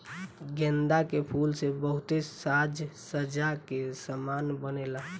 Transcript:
गेंदा के फूल से बहुते साज सज्जा के समान बनेला